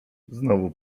znowu